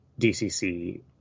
DCC